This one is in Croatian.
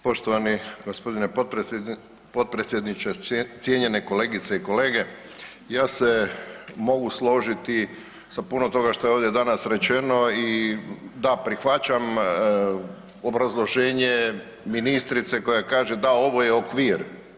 Poštovani gospodine potpredsjedniče, cijenjene kolegice i kolege, ja se mogu složiti sa puno toga šta je ovdje danas rečeno i da prihvaćam obrazloženje ministrice koja kaže da ovo je okvir.